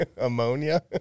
ammonia